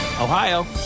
Ohio